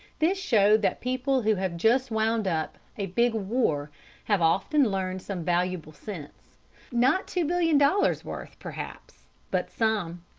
this showed that people who have just wound up a big war have often learned some valuable sense not two billion dollars' worth, perhaps, but some.